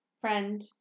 friend